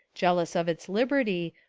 jealous of its liberty,